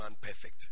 perfect